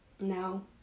No